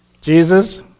Jesus